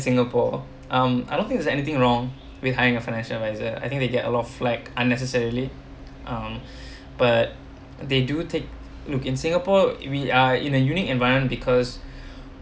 singapore um I don't think there's anything wrong with hiring a financial advisor I think they get a lot of flag unnecessarily um but they do take look in singapore we are in a unique environment because